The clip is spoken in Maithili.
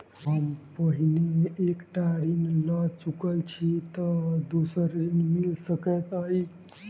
हम पहिने एक टा ऋण लअ चुकल छी तऽ दोसर ऋण मिल सकैत अई?